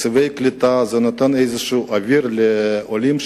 תקציבי קליטה נותנים קצת אוויר לעולים,